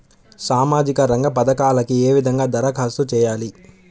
సామాజిక రంగ పథకాలకీ ఏ విధంగా ధరఖాస్తు చేయాలి?